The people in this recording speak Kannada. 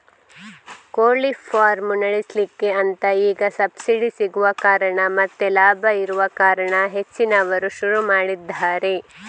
ಕೋಳಿ ಫಾರ್ಮ್ ನಡೆಸ್ಲಿಕ್ಕೆ ಅಂತ ಈಗ ಸಬ್ಸಿಡಿ ಸಿಗುವ ಕಾರಣ ಮತ್ತೆ ಲಾಭ ಇರುವ ಕಾರಣ ಹೆಚ್ಚಿನವರು ಶುರು ಮಾಡಿದ್ದಾರೆ